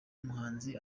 muhanzi